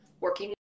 working